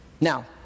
Now